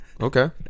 Okay